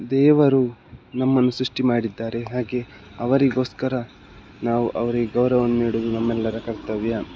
ದೇವರು ನಮ್ಮನ್ನು ಸೃಷ್ಟಿ ಮಾಡಿದ್ದಾರೆ ಹಾಗೆ ಅವರಿಗೋಸ್ಕರ ನಾವು ಅವ್ರಿಗೆ ಗೌರವವನ್ನು ನೀಡುವುದು ನಮ್ಮೆಲ್ಲರ ಕರ್ತವ್ಯ